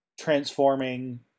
transforming